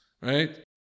right